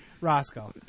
Roscoe